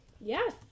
Yes